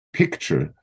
picture